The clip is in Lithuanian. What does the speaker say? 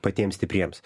patiem stipriems